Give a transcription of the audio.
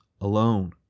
alone